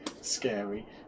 scary